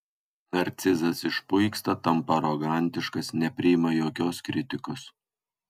narcizas išpuiksta tampa arogantiškas nepriima jokios kritikos